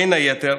בין היתר,